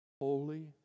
holy